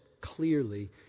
clearly